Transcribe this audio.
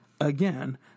Again